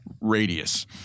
radius